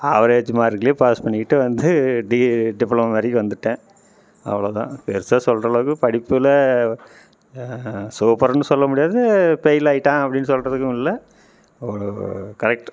average மார்க்லே pass பண்ணிக்கிட்டு வந்து டி டிப்ளமோ வரைக்கும் வந்துட்டேன் அவ்வளோ தான் பெருசாக சொல்கிற அளவுக்கு படிப்பில் சூப்பர்னு சொல்ல முடியாது பெயில் ஆகிட்டான் அப்படின்னு சொல்கிறதுக்கும் இல்லை ஒரு கரெக்ட்